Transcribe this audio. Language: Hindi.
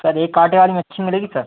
सर एक आठ हज़ार में अच्छी मिलेगी सर